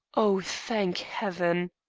oh, thank heaven!